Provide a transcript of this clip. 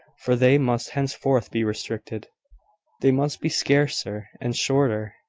for they must henceforth be restricted they must be scarcer and shorter.